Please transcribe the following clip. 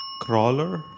Crawler